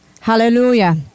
hallelujah